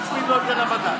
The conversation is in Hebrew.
תצמיד לו את זה למדד.